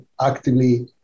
actively